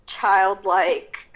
Childlike